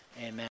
amen